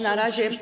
Na razie.